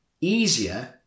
easier